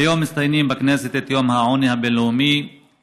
היום מציינים בכנסת את היום הבין-לאומי למאבק בעוני.